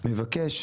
אני מבקש,